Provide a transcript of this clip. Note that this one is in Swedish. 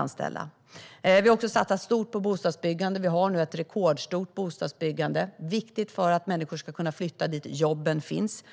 anställa. Vi har satsat stort på bostadsbyggande. Vi har nu ett rekordstort bostadsbyggande. Det är viktigt för att människor ska kunna flytta dit där jobben finns.